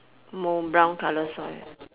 mou brown colour soil